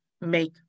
make